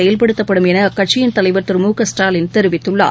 செயல்படுத்தப்படும் என அக்கட்சியின் தலைவர் திரு மு க ஸ்டாலின் தெரிவித்துள்ளார்